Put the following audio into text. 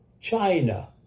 China